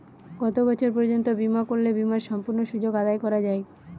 কত বছর পর্যন্ত বিমা করলে বিমার সম্পূর্ণ সুযোগ আদায় করা য়ায়?